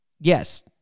Yes